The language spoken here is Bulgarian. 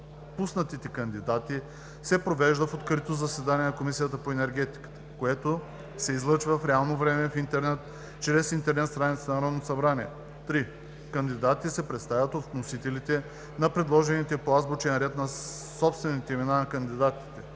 допуснатите кандидати се провежда в открито заседание на Комисията по енергетика, което се излъчва в реално време в интернет чрез интернет страницата на Народното събрание. 3. Кандидатите се представят от вносителите на предложенията по азбучен ред на собствените имена на кандидатите